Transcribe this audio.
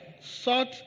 sought